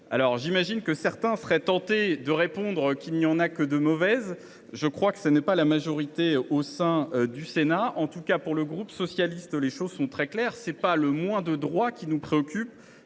J’imagine que certains seraient tentés de répondre qu’il n’y en a que de mauvaises. Je crois que ce n’est pas la majorité au sein du Sénat. En tout cas, pour le groupe socialiste, les choses sont très claires : ce n’est pas le « moins de droit » qui nous préoccupe,